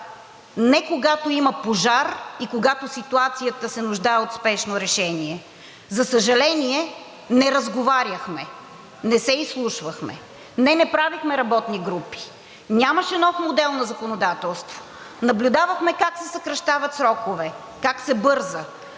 не когато има пожар и когато ситуацията се нуждае от спешно решение. За съжаление, не разговаряхме, не се изслушвахме – не, не правихме работни групи, нямаше нов модел на законодателство. Наблюдавахме как се съкращават срокове, как се бърза,